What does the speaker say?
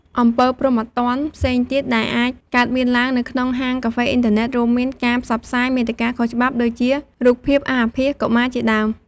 អំពើព្រហ្មទណ្ឌ ផ្សេងទៀត ដែល អាចកើតមានឡើង នៅក្នុង ហាងកាហ្វេអ៊ីនធឺណិត រួមមាន ការផ្សព្វផ្សាយមាតិកាខុសច្បាប់ ដូចជា រូបភាពអាសអាភាសកុមារ ជាដើម។